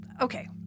Okay